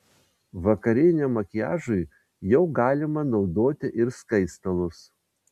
vakariniam makiažui jau galima naudoti ir skaistalus